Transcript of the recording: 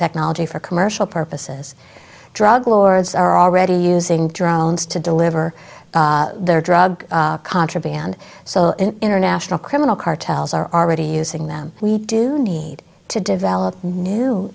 technology for commercial purposes drug lords are already using drones to deliver their drug contraband so international criminal cartels are already using them we do need to develop new